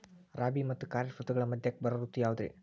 ರಾಬಿ ಮತ್ತ ಖಾರಿಫ್ ಋತುಗಳ ಮಧ್ಯಕ್ಕ ಬರೋ ಋತು ಯಾವುದ್ರೇ?